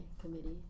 committee